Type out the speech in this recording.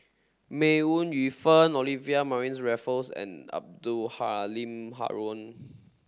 May Ooi Yu Fen Olivia Mariamne Raffles and Abdul Halim Haron